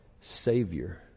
Savior